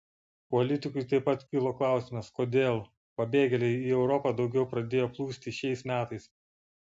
politikui taip pat kilo klausimas kodėl pabėgėliai į europą daugiau pradėjo plūsti šiais metais